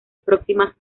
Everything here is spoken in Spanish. próximas